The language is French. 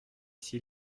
s’il